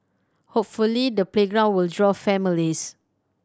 hopefully the playground will draw families